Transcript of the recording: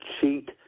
cheat